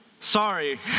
Sorry